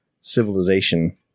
civilization